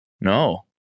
no